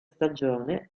stagione